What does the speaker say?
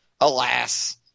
alas